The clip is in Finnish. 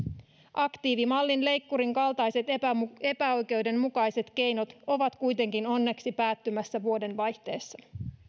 aktiivimallin leikkurin kaltaiset epäoikeudenmukaiset keinot ovat kuitenkin onneksi päättymässä vuodenvaihteessa